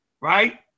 right